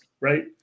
right